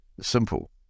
simple